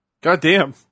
Goddamn